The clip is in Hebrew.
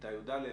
בכיתה י"א,